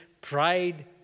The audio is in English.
pride